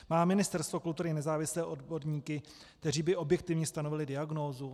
Má Ministerstvo kultury nezávislé odborníky, kteří by objektivně stanovili diagnózu?